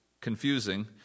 confusing